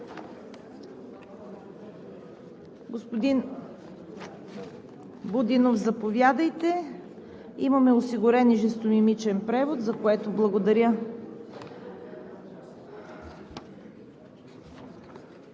Господин Будинов, заповядайте. Имаме осигурен и жестомимичен превод, за което благодаря.